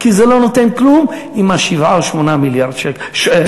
כי זה לא נותן כלום עם ה-7 או 8 מיליארד שקל,